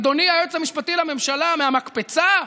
אדוני היועץ המשפטי לממשלה, מהמקפצה?